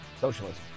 socialism